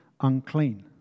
unclean